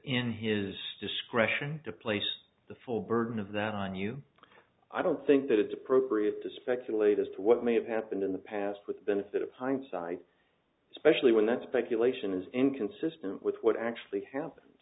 in his discretion to place the full burden of that on you i don't think that it's appropriate to speculate as to what may have happened in the past with the benefit of hindsight especially when that speculation is inconsistent with what actually happened